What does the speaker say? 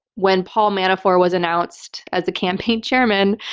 when paul manafort was announced as the campaign chairman.